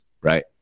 right